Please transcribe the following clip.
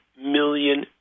million